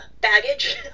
baggage